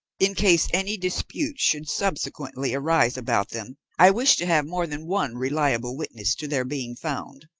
in case any dispute should subsequently arise about them, i wish to have more than one reliable witness to their being found.